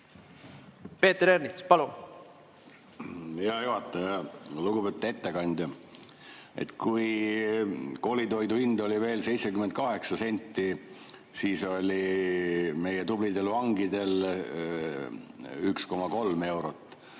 Peeter Ernits, palun! Hea juhataja! Lugupeetud ettekandja! Kui koolitoidu hind oli veel 78 senti, siis oli see meie tublidel vangidel 1,3 eurot.